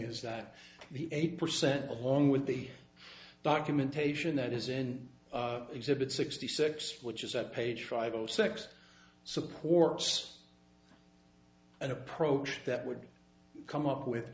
is that the eight percent of along with the documentation that is in exhibit sixty six which is at page five zero six supports an approach that would come up with